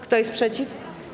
Kto jest przeciw?